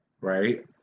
right